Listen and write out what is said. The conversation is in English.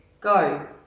go